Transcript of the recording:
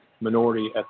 minority